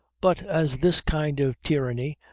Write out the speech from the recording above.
but as this kind of tyranny,